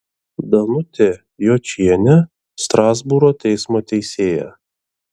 danutė jočienė strasbūro teismo teisėja